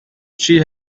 she